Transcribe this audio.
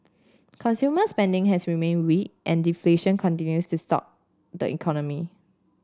consumer spending has remained weak and deflation continues to stalk the economy